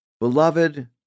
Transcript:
beloved